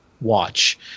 watch